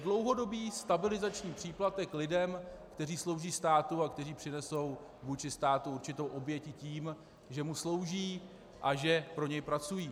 To je dlouhodobý stabilizační příplatek lidem, kteří slouží státu a kteří přinesou vůči státu určitou oběť i tím, že mu slouží a že pro něj pracují.